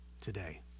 today